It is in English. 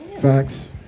Facts